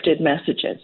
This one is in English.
messages